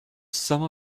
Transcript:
some